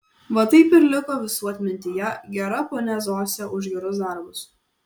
va taip ir liko visų atmintyje gera ponia zosė už gerus darbus